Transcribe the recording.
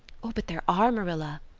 oh, but there are, marilla,